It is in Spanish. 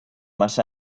más